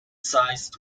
sized